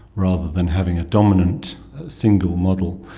rather than having a dominant single model.